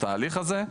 לתהליך הזה.